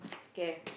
okay